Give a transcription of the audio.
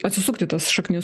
atsisukt į tas šaknis